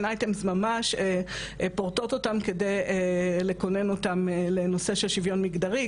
ITEAMS ממש פורטות אותם כדי לקונן אותם לנושא של שוויון מגדרי,